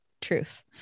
truth